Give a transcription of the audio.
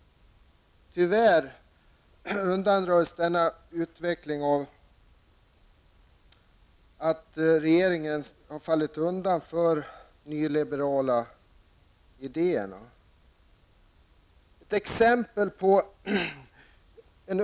Tyvärr understöds denna utveckling av regeringen, som har fallit undan för de nyliberala ideerna.